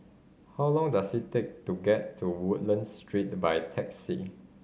how long does it take to get to Woodlands Street by taxi